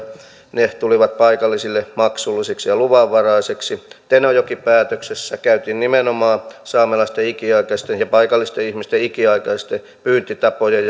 tulivat paikallisille maksullisiksi ja luvanvaraisiksi tenojoki päätöksessä käytiin nimenomaan saamelaisten ikiaikaisten ja paikallisten ihmisten ikiaikaisten pyyntitapojen